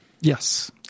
Yes